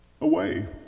away